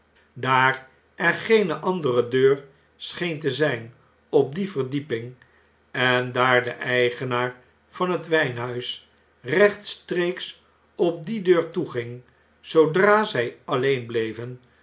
daar er geene andere deur scheen te zp op die verdieping en daar de eigenaar van het wphuis rechtstreeks op die deur toeging zoodra zjj alleen bleven